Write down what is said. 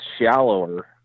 shallower